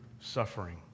suffering